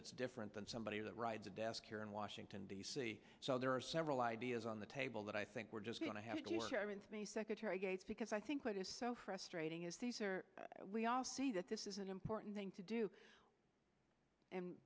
that's different than somebody that rides a desk here in washington d c so there are several ideas on the table that i think we're just going to have secretary gates because i think what is so frustrating is we all see that this is an important thing to do and